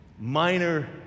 minor